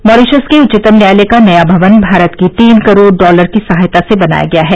Mauritius के उच्चतम न्यायालय का नया भवन भारत की तीन करोड़ डॉलर की सहायता से बनाया गया है